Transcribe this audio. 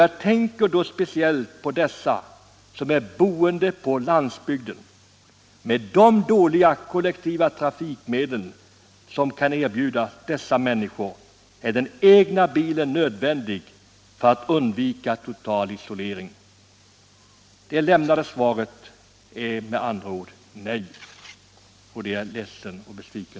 Jag tänker då speciellt på dem som bor på landsbygden. Med tanke på de dåliga kollektiva trafikmedel som kan erbjudas dessa människor är den egna bilen nödvändig för att man skall kunna undvika total isolering. Det lämnade svaret är ett nej, och därför är jag ledsen och besviken.